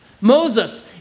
Moses